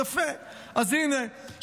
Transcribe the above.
אז הינה,